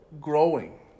growing